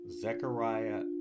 Zechariah